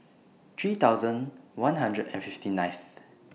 three thousand one hundred and fifty ninth